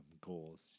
goals